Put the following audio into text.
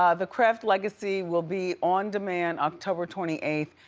ah the craft legacy will be on demand october twenty eighth.